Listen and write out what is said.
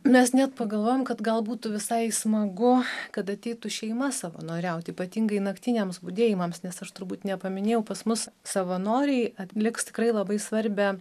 mes net pagalvojom kad gal būtų visai smagu kad ateitų šeima savanoriauti ypatingai naktiniams budėjimams nes aš turbūt nepaminėjau pas mus savanoriai atliks tikrai labai svarbią